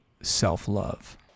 self-love